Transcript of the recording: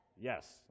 Yes